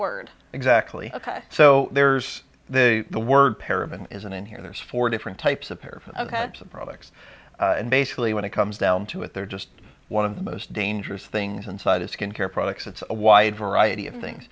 word exactly ok so there's the the word parent isn't in here there's four different types of pair of products and basically when it comes down to it they're just one of the most dangerous things inside a skincare products it's a wide variety of things